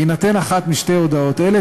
בהינתן אחת משתי הודעות אלה,